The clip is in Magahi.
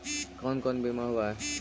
कोन कोन बिमा होवय है?